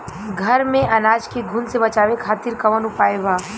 घर में अनाज के घुन से बचावे खातिर कवन उपाय बा?